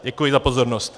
Děkuji za pozornost.